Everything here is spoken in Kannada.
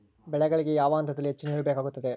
ಬೆಳೆಗಳಿಗೆ ಯಾವ ಹಂತದಲ್ಲಿ ಹೆಚ್ಚು ನೇರು ಬೇಕಾಗುತ್ತದೆ?